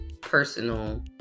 personal